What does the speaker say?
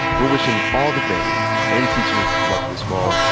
we're wishing all the families and teachers luck this fall.